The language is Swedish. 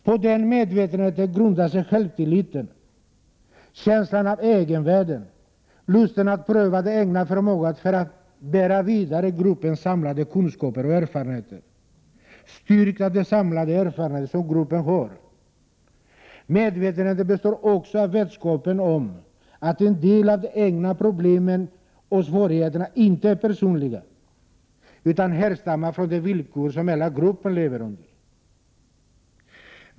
På den medvetenheten grundar sig självtilliten, känslan av egenvärde, lusten att pröva den egna förmågan för att bära vidare gruppens samlade kunskaper och erfarenheter, styrkt av den samlade erfarenhet som gruppen har. Medvetenheten består också av vetskapen om att en del av de egna problemen och svårigheterna inte är personliga utan härstammar från de villkor som hela gruppen lever under.